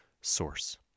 source